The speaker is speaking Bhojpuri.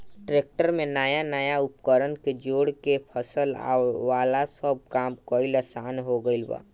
ट्रेक्टर में नया नया उपकरण के जोड़ के फसल वाला सब काम कईल आसान हो गईल बा